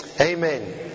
Amen